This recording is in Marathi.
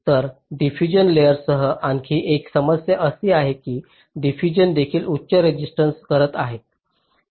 तर डिफ्यूजन लेयरसह आणखी एक समस्या अशी आहे की डिफ्यूजन देखील उच्च रेसिस्टन्स करत आहे